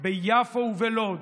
ביפו ובלוד,